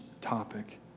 topic